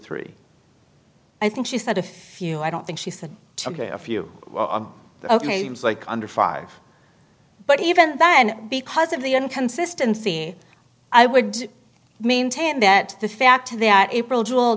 three i think she said a few i don't think she said to a few ok james like under five but even then because of the inconsistency i would maintain that the fact that april j